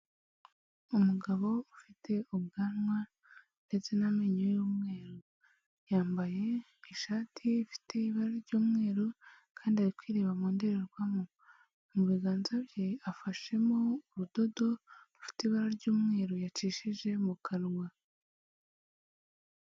Umugabo ufite ubwanwa ndetse n'amenyo y'umweru. Yambaye ishati ifite ibara ry'umweru, kandi ari kwireba mu ndorerwamu. Mu biganza bye, afashemo urudodo rufite ibara ry'umweru, yacishije mu kanwa.